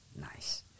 Nice